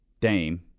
Dame